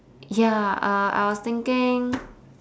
ya uh I was thinking